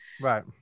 right